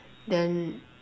then